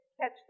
catch